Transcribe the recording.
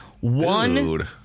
One